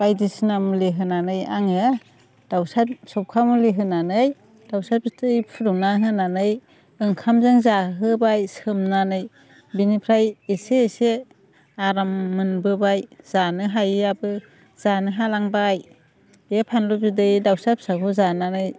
बायदिसिना मुलि होनानै आङो दाउसा सबखा मुलि होनानै दाउसा बिदै फुदुंना होनानै ओंखामजों जाहोबाय सोमनानै बिनिफ्राय एसे एसे आराम मोनबोबाय जानो हायिआबो जानो हालांबाय बे फानलु बिदै दाउसा फिसाखौ जानानै